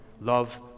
love